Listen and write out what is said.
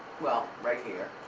well, right here,